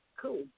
Cool